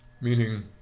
meaning